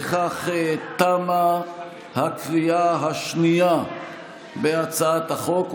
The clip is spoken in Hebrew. בכך תמה הקריאה השנייה בהצעת החוק,